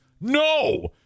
No